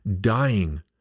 dying